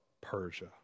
Persia